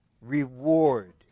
reward